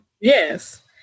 Yes